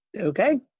Okay